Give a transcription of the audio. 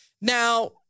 Now